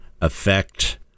affect